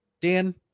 Dan